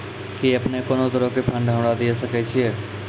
कि अपने कोनो तरहो के फंड हमरा दिये सकै छिये?